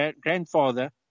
grandfather